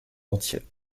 entier